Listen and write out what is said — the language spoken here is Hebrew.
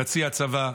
חצי הצבא.